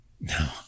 No